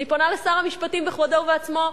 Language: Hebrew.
אני פונה לשר המשפטים בכבודו ובעצמו.